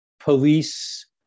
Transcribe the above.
Police